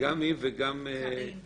גם היא וגם קארין היו.